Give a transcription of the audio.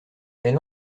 elle